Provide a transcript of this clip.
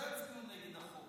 הם לא יצביעו נגד החוק.